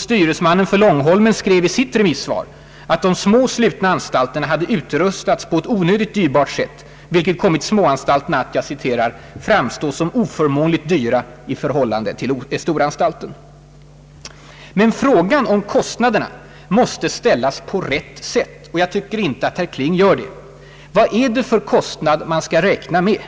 Styresmannen för Långholmen skrev i sitt remissvar, att de små slutna anstalterna hade utrustats på ett onödigt dyrbart sätt, vilket kommit småanstalten att »framstå som oförmånligt dyr i förhållande till storanstalten». Men frågan om kostnaderna måste också ställas på rätt sätt, och jag tycker inte att herr Kling gör det. Vilka kostnader skall man räkna med?